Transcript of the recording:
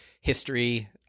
history